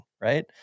Right